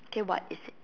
okay what is it